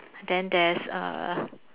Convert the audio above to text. then there's a